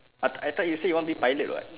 but I thought you say you want be pilot [what]